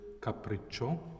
Capriccio